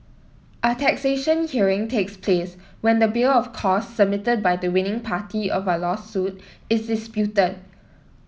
a taxation hearing takes place when the bill of costs submitted by the winning party of a lawsuit is disputed